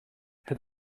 het